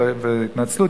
ובהתנצלות,